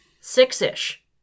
Six-ish